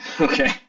Okay